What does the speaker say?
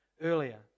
earlier